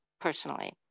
personally